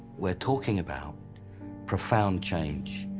we're talking about profound change,